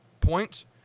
points